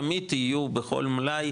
תמיד יהיו בכל מלאי,